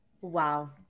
Wow